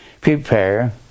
Prepare